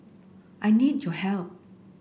I need your help